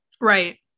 Right